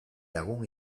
lagun